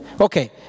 Okay